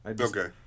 Okay